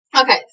okay